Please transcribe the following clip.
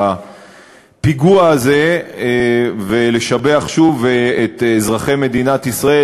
בפיגוע הזה ולשבח שוב את אזרחי מדינת ישראל,